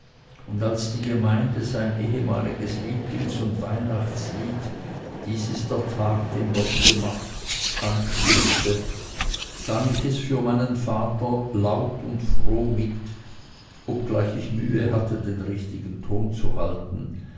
und als die gemeinde sein ehemaliges lieblings und weihnachtslied dies ist der tag den gott gemacht anstimmte sang ich es für meinen vater laut und froh mit obgleich ich mühe hatte den richtigen ton zu halten